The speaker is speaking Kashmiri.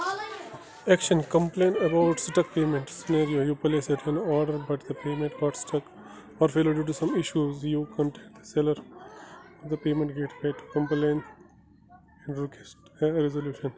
action complaint about stuck payments U place N order but the payment got stuck or failed due to some issues you contact the seller and the payment get effect complaint request resolution